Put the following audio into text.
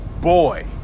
boy